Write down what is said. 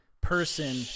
person